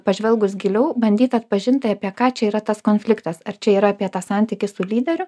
pažvelgus giliau bandyt atpažint apie ką čia yra tas konfliktas ar čia yra apie tą santykį su lyderiu